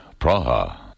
Praha